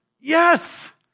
yes